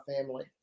family